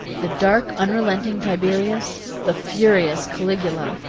the dark, unrelenting tiberius, the furious caligula,